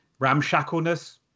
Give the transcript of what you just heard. ramshackleness